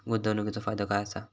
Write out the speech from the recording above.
गुंतवणीचो फायदो काय असा?